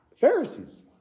Pharisees